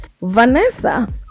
vanessa